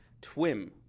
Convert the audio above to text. TWIM